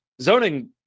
zoning